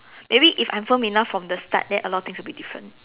maybe if I'm firm enough from the start then a lot of things will be different